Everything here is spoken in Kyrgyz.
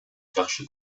жакшы